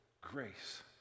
grace